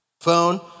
phone